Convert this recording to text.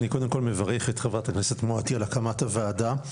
קודם כול אני מברך את חברת הכנסת מואטי על הקמת הוועדה.